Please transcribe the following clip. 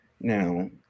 Now